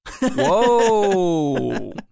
Whoa